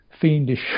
Fiendish